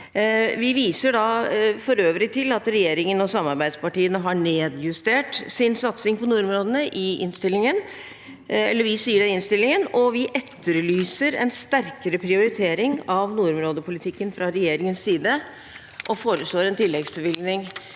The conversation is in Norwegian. Vi viser for øvrig til at regjeringen og samarbeidspartiene har nedjustert sin satsing på nordområdene i innstillingen. Vi etterlyser en sterkere prioritering av nordområdepolitikken fra regjeringens side og foreslår en tilleggsbevilgning.